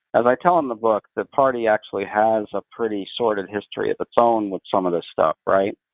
as i tell in the book, the party actually has a pretty sordid history of its own with some of this stuff, right?